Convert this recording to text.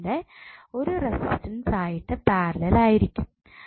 കൂടാതെ ഒരു റെസിസ്റ്റൻസ് ആയിട്ട് പാരലൽ ആയിരിക്കും